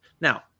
Now